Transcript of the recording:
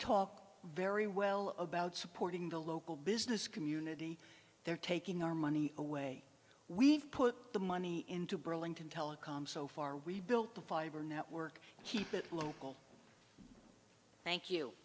talk very well about supporting the local business community they're taking our money away we've put the money into burlington telecom so far we built the fiber network keep it local thank you